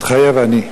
מתחייב אני.